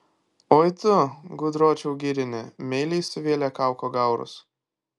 oi tu gudročiau girini meiliai suvėlė kauko gaurus